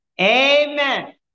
Amen